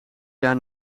jaar